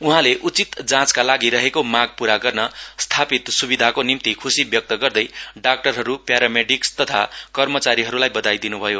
उहाँले उचित जाँचका लागि रहेको माग पूरा गर्न स्थापित सुविधाको निम्ति खुशी व्यक्त गर्दै डाक्टकहरू प्यारामेडिक्स तथा कर्मचारीहरूलाई बधाई दिनुभयो